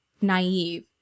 naive